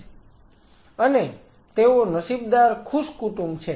અને તેઓ નસીબદાર ખુશ કુટુંબ છે